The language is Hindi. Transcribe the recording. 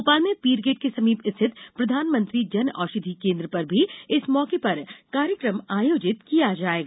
भोपाल में पीरगेट के समीप स्थित प्रधानमंत्री जन औषधी केन्द्र पर भी इस मौके पर कार्यक्रम आयोजित किया जायेगा